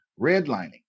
redlining